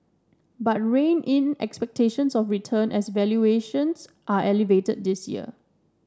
but rein in expectations of returns as valuations are elevated this year